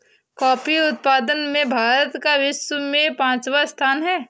coffee उत्पादन में भारत का विश्व में पांचवा स्थान है